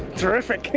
terrific.